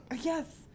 Yes